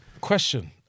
Question